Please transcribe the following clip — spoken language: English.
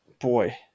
Boy